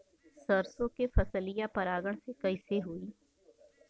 सरसो के फसलिया परागण से कईसे होई?